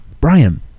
Brian